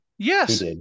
yes